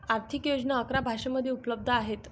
आर्थिक योजना अकरा भाषांमध्ये उपलब्ध आहेत